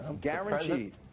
Guaranteed